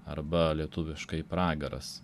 arba lietuviškai pragaras